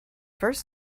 first